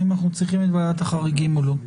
האם אנחנו צריכים את ועדת החריגים או לא.